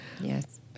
Yes